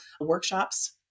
workshops